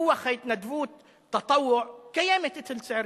רוח ההתנדבות, "תטווע" קיימת אצל צעירים.